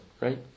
right